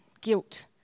guilt